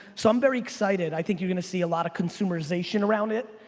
so i'm very excited, i think you're gonna see a lot of consumerization around it.